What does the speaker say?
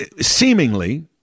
seemingly